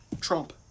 Trump